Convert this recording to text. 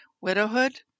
Widowhood